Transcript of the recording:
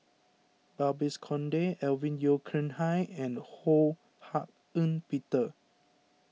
Babes Conde Alvin Yeo Khirn Hai and Ho Hak Ean Peter